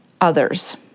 others